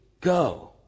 Go